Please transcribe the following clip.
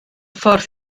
ffordd